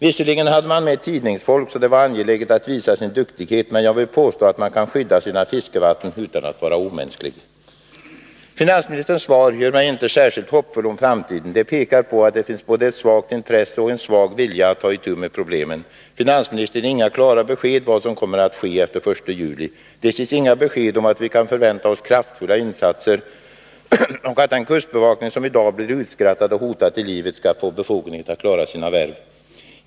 Visserligen hade man med tidningsfolk, så det var angeläget att visa sin duktighet, men jag vill påstå att man kan skydda sina fiskevatten utan att vara omänsklig. Finansministerns svar gör mig inte särskilt hoppfull om framtiden. Det pekar på att det finns både ett svagt intresse och en svag vilja att ta itu med problemen. Finansministern ger inga klara besked om vad som kommer att ske efter den 1 juli. Det ges inget besked om att vi kan förvänta oss kraftfulla insatser och att den kustbevakning som i dag blir utskrattad och hotad till livet skall få befogenhet att klara sitt värv.